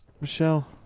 Michelle